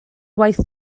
waith